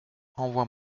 envoie